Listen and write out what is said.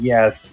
Yes